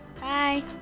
Bye